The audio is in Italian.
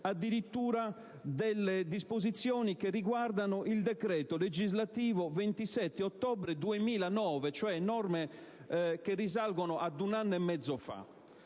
addirittura delle disposizioni che riguardano il decreto legislativo 27 ottobre 2009, cioè norme che risalgono ad un anno e mezzo fa.